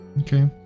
Okay